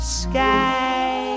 sky